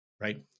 right